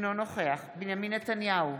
אינו נוכח בנימין נתניהו,